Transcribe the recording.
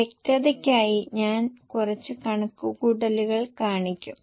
വ്യക്തതയ്ക്കായി ഞാൻ കുറച്ച് കണക്കുകൂട്ടലുകൾ കാണിക്കും